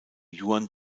yuan